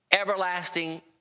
everlasting